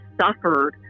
suffered